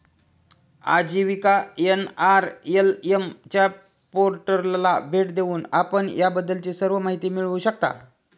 आजीविका एन.आर.एल.एम च्या पोर्टलला भेट देऊन आपण याबद्दलची सर्व माहिती मिळवू शकता